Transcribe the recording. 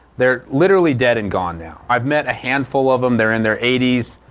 they are literally dead and gone now. i've met a handful of them they're in their eighty so